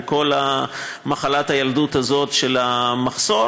עם כל מחלת הילדות הזאת של המחסור,